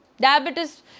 diabetes